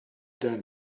done